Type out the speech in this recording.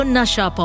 Nasha